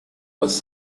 was